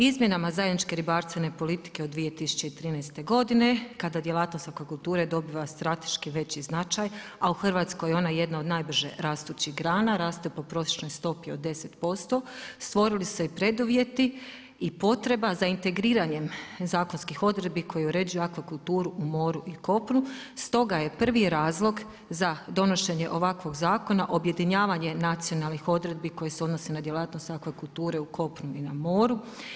Izmjenama zajedničke ribarstvene politike u 2013. godine, kada djelatnost akvakulture dobiva strateški veći značaj, a u Hrvatskoj je ona jedna od najbrže rastućih grana, raste po prosječnoj stopi od 10% stvorili su se preduvjeti i potreba za integriranje zakonskih odredbi koji uređuju akvakulturu u moru i kopnu, stoga je prvi razlog za donošenje ovakvog zakona objedinjavanje nacionalnih odredbi koji se odnose na djelatnost akvakulture u kopnu i na moru.